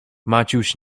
maciuś